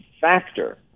factor